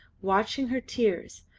watching her tears,